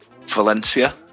Valencia